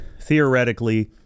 theoretically –